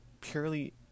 purely